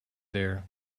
there